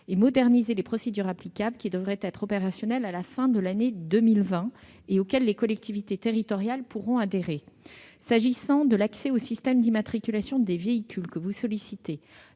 et moderniser les procédures applicables. Ce système devrait être opérationnel à la fin de l'année 2020 et les collectivités territoriales pourront y adhérer. S'agissant de l'accès au système d'immatriculation des véhicules, que vous sollicitez,